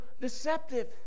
deceptive